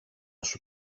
σου